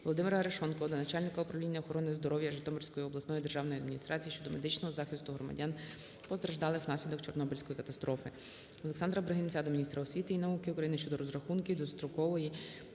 Володимира Арешонкова до начальника Управління охорони здоров'я Житомирської обласної державної адміністрації щодо медичного захисту громадян, постраждалих внаслідок Чорнобильської катастрофи. Олександра Бригинця до міністра освіти і науки України щодо розрахунків і довгострокової